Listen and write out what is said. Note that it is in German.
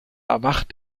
erwacht